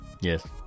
Yes